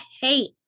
hate